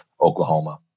Oklahoma